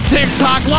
TikTok